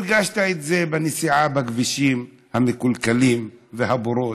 הרגשת את זה בנסיעה בכבישים המקולקלים והבורות,